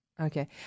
Okay